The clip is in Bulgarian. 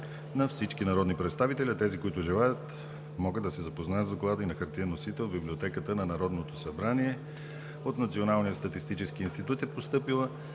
на всички народни представители. Тези, които желаят, могат да се запознаят с доклада и на хартиен носител в Библиотеката на Народното събрание. От Националния статистически институт е постъпила